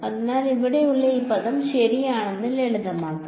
അതിനാൽ ഇവിടെയുള്ള ഈ പദം ശരിയാണെന്ന് ലളിതമാക്കാം